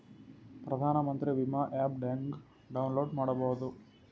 ಪ್ರಧಾನಮಂತ್ರಿ ವಿಮಾ ಆ್ಯಪ್ ಹೆಂಗ ಡೌನ್ಲೋಡ್ ಮಾಡಬೇಕು?